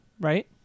right